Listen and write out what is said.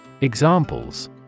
Examples